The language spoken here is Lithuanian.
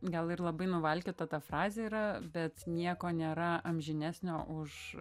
gal ir labai nuvalkiota ta frazė yra bet nieko nėra amžinesnio už